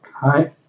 Hi